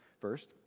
First